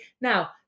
Now